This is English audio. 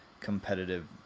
competitive